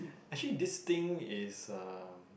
actually this thing is uh